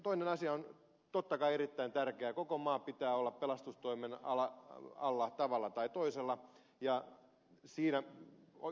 toinen asia totta kai erittäin tärkeä on se että koko maan pitää olla pelastustoimen alla tavalla tai toisella siinä yhdyn kyllä ed